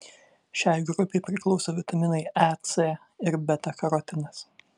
šiai grupei priklauso vitaminai e c ir beta karotinas